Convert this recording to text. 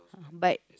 but